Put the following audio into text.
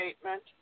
statement